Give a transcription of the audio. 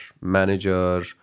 manager